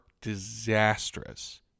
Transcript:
disastrous